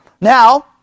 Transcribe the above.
now